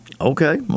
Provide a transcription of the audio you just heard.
Okay